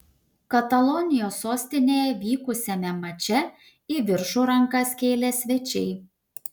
katalonijos sostinėje vykusiame mače į viršų rankas kėlė svečiai